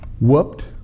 whooped